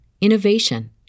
innovation